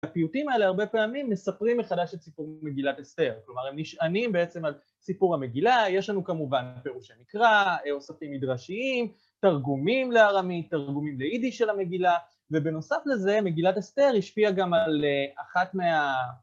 הפיוטים האלה הרבה פעמים מספרים מחדש את סיפור מגילת אסתר, כלומר, הם נשענים בעצם על סיפור המגילה, יש לנו כמובן פירוש המקרא, אוספים מדרשיים, תרגומים לארמית, תרגומים ליידיש של המגילה, ובנוסף לזה מגילת אסתר השפיעה גם על אחת מה...